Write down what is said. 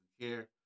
care